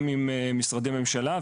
גם עם משרדי ממשלה,